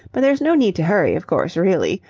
but there's no need to hurry, of course, really.